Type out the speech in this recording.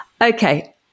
Okay